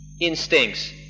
instincts